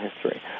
history